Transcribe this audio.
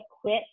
quit